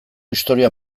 historia